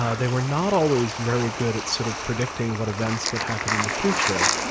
ah they were not always very good at sort of predicting what events would happen in the future.